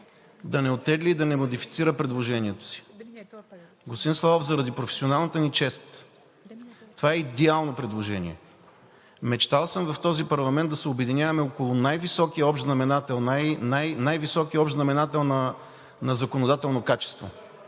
да не оттегли и да не модифицира предложението си. Господин Славов, заради професионалната ни чест. Това е идеално предложение. Мечтал съм в този парламент да се обединяваме около най-високия общ знаменател на законодателно качество